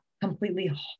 completely